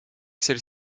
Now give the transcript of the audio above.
celle